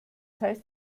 heißt